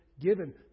given